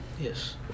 Yes